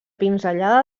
pinzellada